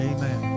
Amen